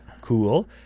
Cool